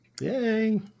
Yay